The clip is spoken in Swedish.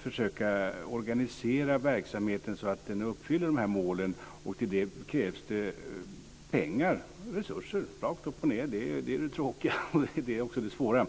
försöka organisera verksamheten, så att den uppfyller de här målen. Till det krävs det pengar, resurser, rakt upp och ned. Det är det tråkiga och också det svåra.